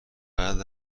بعد